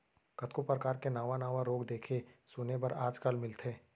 कतको परकार के नावा नावा रोग देखे सुने बर आज काल मिलथे